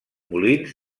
molins